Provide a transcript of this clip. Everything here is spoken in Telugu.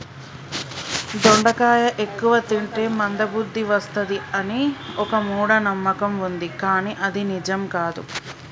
దొండకాయ ఎక్కువ తింటే మంద బుద్ది వస్తది అని ఒక మూఢ నమ్మకం వుంది కానీ అది నిజం కాదు